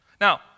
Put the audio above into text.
Now